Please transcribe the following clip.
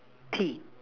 Tea